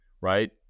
right